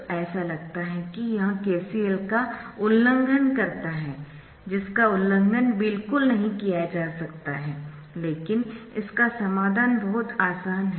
तो ऐसा लगता है कि यह KCL का उल्लंघन करता है जिसका उल्लंघन बिल्कुल नहीं किया जा सकता है लेकिन इसका समाधान बहुत आसान है